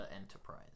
Enterprise